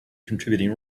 contributing